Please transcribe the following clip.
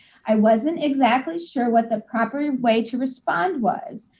i wasn't exactly sure what the proper way to respond was.